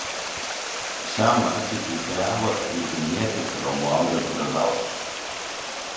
šiam mačui teisėjavo ir vilnietis romualdas brazauskas